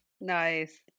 Nice